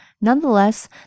Nonetheless